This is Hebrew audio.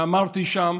ואמרתי שם